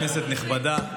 כנסת נכבדה,